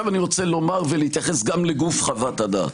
אני רוצה להתייחס גם לגוף חוות-הדעת.